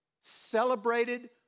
celebrated